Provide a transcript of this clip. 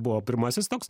buvo pirmasis toks